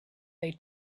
they